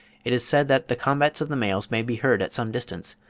it is said that the combats of the males may be heard at some distance,